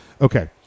Okay